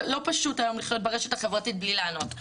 לא פשוט היום לחיות ברשת החברתית בלי לענות.